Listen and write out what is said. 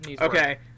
Okay